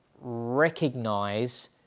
recognize